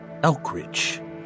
Elkridge